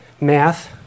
math